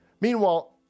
Meanwhile